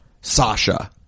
Sasha